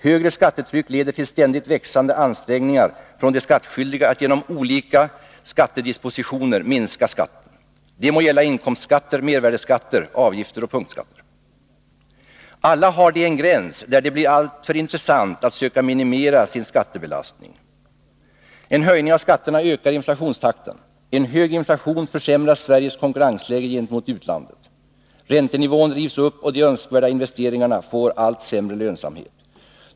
Högre skattetryck leder till ständigt växande ansträngningar från de skattskyldiga att genom olika skattedispositioner minska skatten. Det må gälla inkomstskatter, mervärdeskatter, avgifter och punktskatter. Alla har de en gräns, där det blir alltför intressant för de skattskyldiga att söka minimera sin skattebelastning. En höjning av skatterna ökar inflationstakten. En hög inflation försämrar Sveriges konkurrensläge gentemot utlandet. Räntenivån drivs upp, och de önskvärda investeringarna får allt sämre lönsamhet.